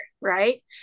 right